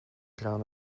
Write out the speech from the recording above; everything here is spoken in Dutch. kraan